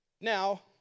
now